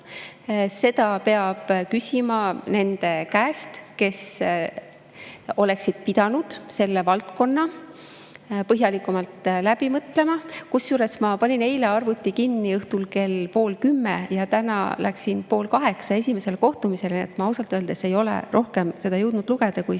Seda peab küsima nende käest, kes oleksid pidanud selle valdkonna põhjalikumalt läbi mõtlema. Kusjuures, ma panin eile arvuti kinni õhtul kell pool kümme ja täna läksin pool kaheksa esimesele kohtumisele, nii et ma ausalt öeldes ei ole rohkem seda jõudnud lugeda kui